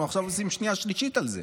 אנחנו עכשיו עושים שנייה-שלישית על זה.